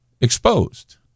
exposed